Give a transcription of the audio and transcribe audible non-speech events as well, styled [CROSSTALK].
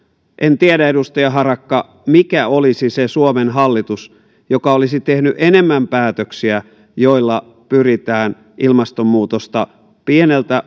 en tiedä edustaja harakka mikä olisi se suomen hallitus joka olisi tehnyt enemmän päätöksiä joilla pyritään ilmastonmuutosta omalta pieneltä [UNINTELLIGIBLE]